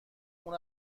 اون